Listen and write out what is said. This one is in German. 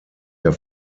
der